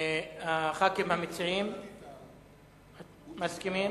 חברי הכנסת המציעים מסכימים?